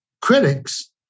critics